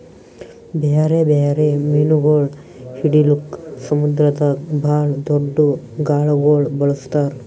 ಬ್ಯಾರೆ ಬ್ಯಾರೆ ಮೀನುಗೊಳ್ ಹಿಡಿಲುಕ್ ಸಮುದ್ರದಾಗ್ ಭಾಳ್ ದೊಡ್ದು ಗಾಳಗೊಳ್ ಬಳಸ್ತಾರ್